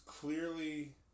clearly